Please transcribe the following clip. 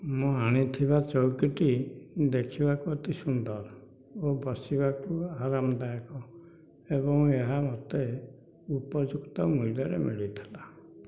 ମୁଁ ଆଣିଥିବା ଚୌକିଟି ଦେଖିବାକୁ ଅତି ସୁନ୍ଦର ଏବଂ ବସିବାକୁ ଆରାମଦାୟକ ଏବଂ ଏହା ମୋତେ ଉପଯୁକ୍ତ ମୂଲ୍ୟରେ ମିଳିଥିଲା